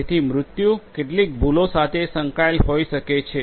તેથી મૃત્યુ કેટલીક ભૂલો સાથે સંકળાયેલ હોઈ શકે છે